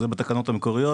זה בתקנות המקוריות.